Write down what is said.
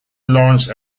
lawrence